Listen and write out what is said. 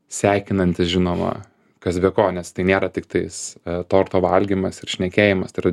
sekinantis žinoma kas be ko nes tai nėra tiktais torto valgymas ir šnekėjimas tai yra